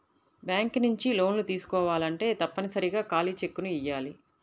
bank నుంచి లోన్లు తీసుకోవాలంటే తప్పనిసరిగా ఖాళీ చెక్కుని ఇయ్యాలి